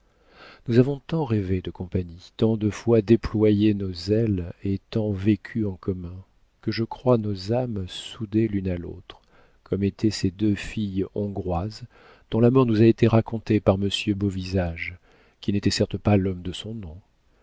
nous avons tant rêvé de compagnie tant de fois déployé nos ailes et tant vécu en commun que je crois nos âmes soudées l'une à l'autre comme étaient ces deux filles hongroises dont la mort nous a été racontée par monsieur beauvisage qui n'était certes pas l'homme de son nom